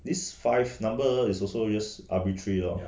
this five numnber is just arbitrary lor